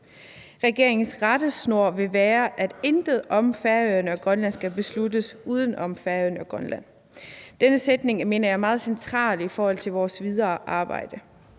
Regeringens rettesnor vil være, at intet om Færøerne eller Grønland skal besluttes uden om Færøerne og Grønland. Denne sætning mener jeg er meget central i forhold til vores videre arbejde.